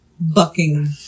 bucking